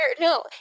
no